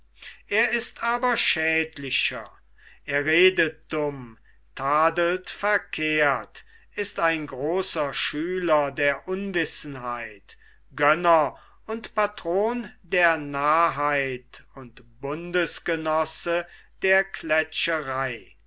er ist aber schädlicher er redet dumm tadelt verkehrt ist ein großer schüler der unwissenheit gönner und patron der narrheit und bundesgenosse der